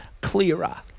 clearer